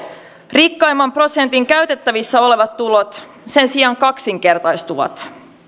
rikkaimman prosentin käytettävissä olevat tulot sen sijaan kaksinkertaistuivat